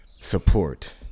support